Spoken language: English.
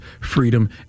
freedom